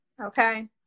Okay